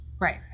Right